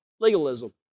legalism